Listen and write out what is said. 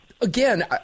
again